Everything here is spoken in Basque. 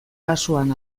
kasuan